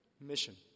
mission